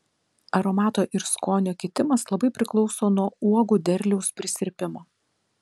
aromato ir skonio kitimas labai priklauso nuo uogų derliaus prisirpimo